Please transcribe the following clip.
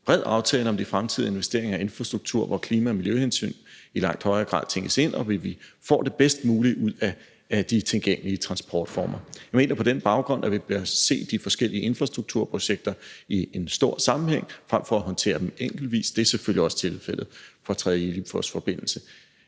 bred aftale om de fremtidige investeringer i infrastruktur, hvor klima- og miljøhensyn i langt højere grad tænkes ind og vi får det bedst mulige ud af de tilgængelige transportformer. Jeg mener på den baggrund, at vi bør se de forskellige infrastrukturprojekter i en stor sammenhæng frem for at håndtere dem enkeltvis, og det er selvfølgelig også tilfældet med 3. Limfjordsforbindelse.